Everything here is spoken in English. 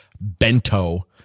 bento